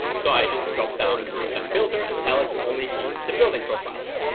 so i just jumped down and osm filter and tell it to only keep the building profiles.